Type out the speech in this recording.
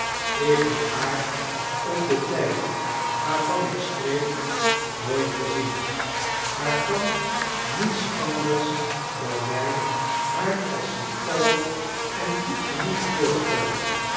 ik heb haar op dentyd waarvan ik spreek nooit gezien maar kan niets anders dan mij haar als lieftallig en goed genoeg voorstellen